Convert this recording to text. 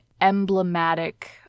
emblematic